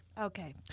okay